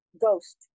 ghost